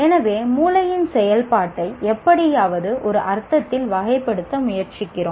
எனவே மூளையின் செயல்பாட்டை எப்படியாவது ஒரு அர்த்தத்தில் வகைப்படுத்த முயற்சிக்கிறோம்